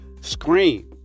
Scream